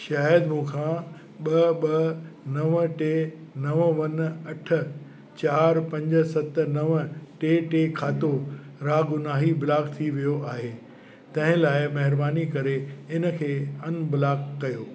शायदि मूंखां ॿ ॿ नव टे नव वन अठ चार पंज सत नव टे टे खातो रागुनाही ब्लॉक थी वियो आहे तंहिं लाइ महिरबानी करे इन खे अनब्लॉक कयो